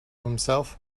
himself